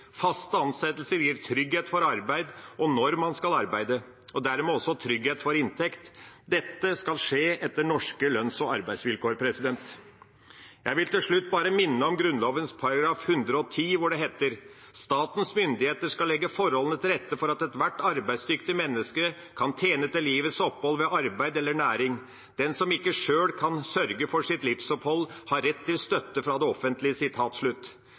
Faste ansettelser gir trygghet for arbeid og når man skal arbeide, og dermed også trygghet for inntekt. Dette skal skje etter norske lønns- og arbeidsvilkår. Jeg vil til slutt bare minne om Grunnloven § 110, hvor det heter: «Statens myndigheter skal legge forholdene til rette for at ethvert arbeidsdyktig menneske kan tjene til livets opphold ved arbeid eller næring. Den som ikke selv kan sørge for sitt livsopphold, har rett til støtte fra det offentlige.»